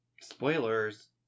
Spoilers